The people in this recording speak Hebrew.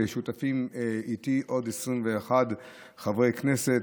שותפים איתי עוד 21 חברי כנסת,